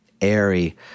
airy